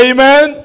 Amen